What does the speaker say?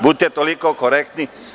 Budite toliko korektni.